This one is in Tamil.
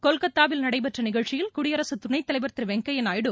கொல்கத்தாவில் நடைபெற்ற நிகழ்ச்சியில் குடியரசுத் துணைத் தலைவர் திரு வெங்கய்யா நாயுடு